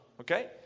okay